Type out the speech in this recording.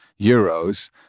euros